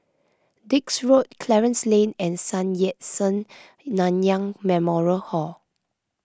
Dix Road Clarence Lane and Sun Yat Sen Nanyang Memorial Hall